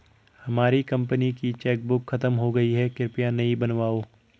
हमारी कंपनी की चेकबुक खत्म हो गई है, कृपया नई बनवाओ